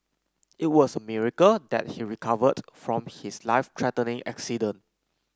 it was a miracle that he recovered from his life threatening accident